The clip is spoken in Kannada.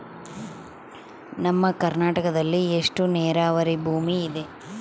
ನಮ್ಮ ಕರ್ನಾಟಕದಲ್ಲಿ ಎಷ್ಟು ನೇರಾವರಿ ಭೂಮಿ ಇದೆ?